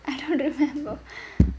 I don't remember